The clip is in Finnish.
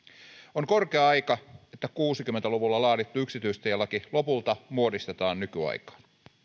on korkea aika että kuusikymmentä luvulla laadittu yksityistielaki lopulta muodistetaan nykyaikaan